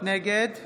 נגד